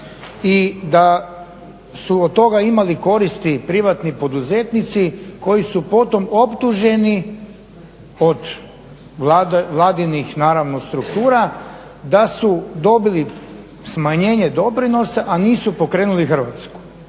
i da su od toga imali koristi privatni poduzetnici koji su potom optuženi od Vladinih naravno struktura da su dobili smanjenje doprinosa a nisu pokrenuli Hrvatsku.